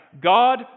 God